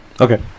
Okay